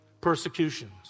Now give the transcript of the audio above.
Persecutions